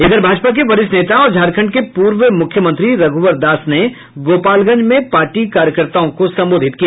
उधर भाजपा के वरिष्ठ नेता और झारखंड के पूर्व मुख्यमंत्री रघुवर दास ने गोपालगंज में पार्टी कार्यकताओं को संबोधित किया